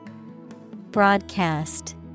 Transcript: Broadcast